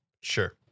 Sure